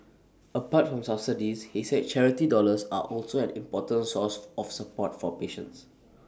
apart from subsidies he said charity dollars are also an important source of support for patients